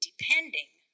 Depending